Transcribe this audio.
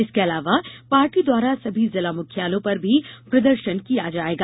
इसके अलावा पार्टी द्वारा सभी जिला मुख्यालयों पर भी प्रदर्शन किया जाएगा